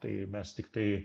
tai mes tiktai